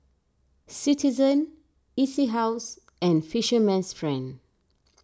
Citizen E C House and Fisherman's Friend